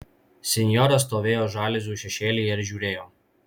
sinjora stovėjo žaliuzių šešėlyje ir žiūrėjo